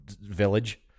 village